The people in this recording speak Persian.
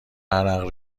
عرق